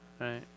Right